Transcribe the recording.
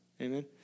Amen